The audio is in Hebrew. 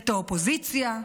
את האופוזיציה,